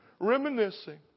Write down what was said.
Reminiscing